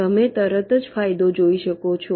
તમે તરત જ ફાયદો જોઈ શકો છો